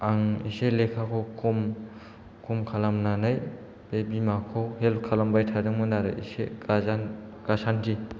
आं एसे लेखाखौ खम खम खालामनानै बे बिमाखौ हेल्प खालामबाय थादोंमोन आरो एसे गासान्दि